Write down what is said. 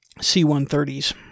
C-130s